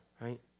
right